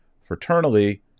Fraternally